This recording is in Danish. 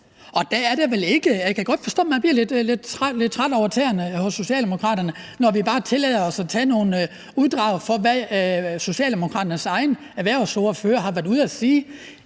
når de bliver spurgt? Jeg kan godt forstå, at man føler sig lidt trådt over tæerne hos Socialdemokraterne, når vi bare tillader os at tage nogle uddrag fra, hvad Socialdemokraternes egen erhvervsordfører har været ude at sige